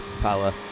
power